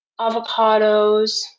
avocados